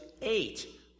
eight